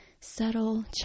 subtle